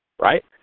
right